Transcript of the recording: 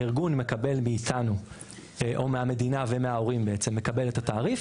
הארגון מקבל מאיתנו או מהמדינה ומההורים בעצם מקבל את התעריף,